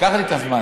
תיקח לי את הזמן.